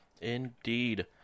Indeed